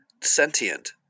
sentient